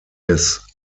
des